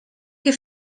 que